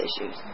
issues